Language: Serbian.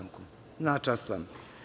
Na čast vama.